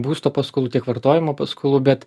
būsto paskolų tiek vartojimo paskolų bet